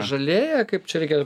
žalėja kaip čia reikia